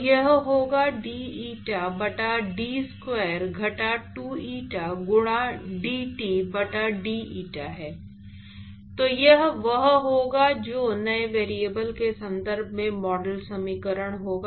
तो यह होगा d eta बटा d स्क्वायर घटा 2 eta गुणा d T बटा d eta है तो यह वह होगा जो नए वेरिएबल के संदर्भ में मॉडल समीकरण होगा